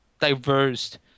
diverse